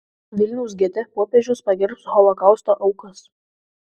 vilniaus gete popiežius pagerbs holokausto aukas